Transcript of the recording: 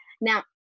Now